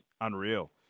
Unreal